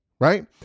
right